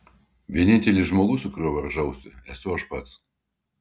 vienintelis žmogus su kuriuo varžausi esu aš pats